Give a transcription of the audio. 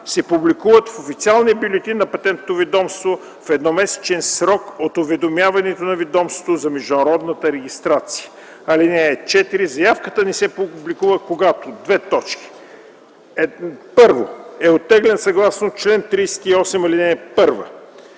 се публикуват в официалния бюлетин на Патентното ведомство в едномесечен срок от уведомяването на ведомството за международната регистрация. (4) Заявката не се публикува, когато: 1. е оттеглена съгласно чл. 38, ал. 1; 2.